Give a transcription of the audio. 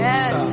Yes